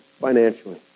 financially